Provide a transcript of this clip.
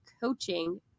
coaching